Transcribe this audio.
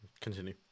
Continue